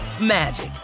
magic